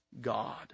God